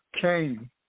cain